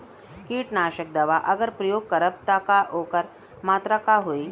कीटनाशक दवा अगर प्रयोग करब त ओकर मात्रा का होई?